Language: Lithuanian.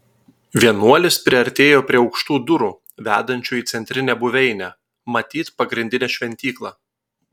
vienuolis priartėjo prie aukštų durų vedančių į centrinę buveinę matyt pagrindinę šventyklą